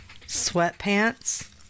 sweatpants